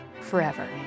forever